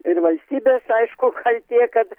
ir valstybės aišku kaltė kad